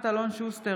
אלון שוסטר,